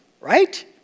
right